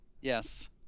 Yes